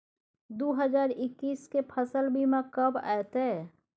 दु हजार एक्कीस के फसल बीमा कब अयतै?